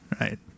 right